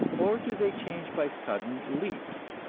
or do they change by sudden leaps,